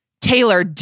Taylor